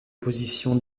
position